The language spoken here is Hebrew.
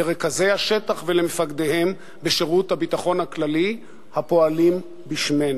לרכזי השטח ולמפקדיהם בשירות הביטחון הכללי הפועלים בשמנו.